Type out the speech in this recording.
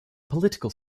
political